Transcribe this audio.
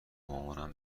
مامانم